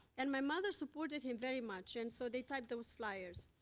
and my mother supported him very much, and so, they typed those flyers.